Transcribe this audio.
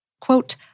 quote